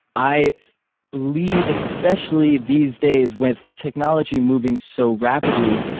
i believe, especially these days with technology moving so rapidly,